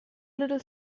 little